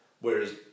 Whereas